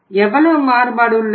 எவ்வளவு மாறுபாடு உள்ளது